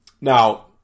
now